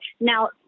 Now